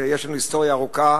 יש לנו היסטוריה ארוכה